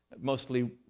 mostly